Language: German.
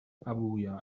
abuja